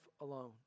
alone